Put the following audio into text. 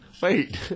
Wait